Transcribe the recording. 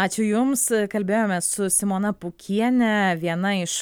ačiū jums kalbėjomės su simona pūkiene viena iš